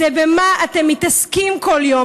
זה במה אתם מתעסקים כל יום.